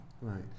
Right